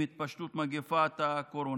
עם התפשטות מגפת הקורונה.